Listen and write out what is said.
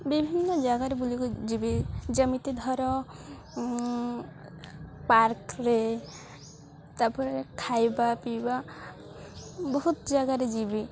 ବିଭିନ୍ନ ଜାଗାରେ ବୁଲିକି ଯିବି ଯେମିତି ଧର ପାର୍କରେ ତା'ପରେ ଖାଇବା ପିଇବା ବହୁତ ଜାଗାରେ ଯିବି